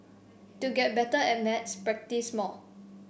to get better at maths practise more